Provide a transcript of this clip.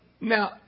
Now